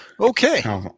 Okay